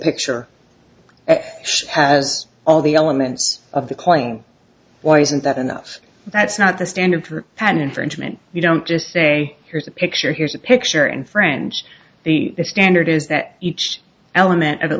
picture has all the elements of the claim why isn't that enough that's not the standard for an infringement you don't just say here's a picture here's a picture in french the standard is that each element at